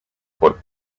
por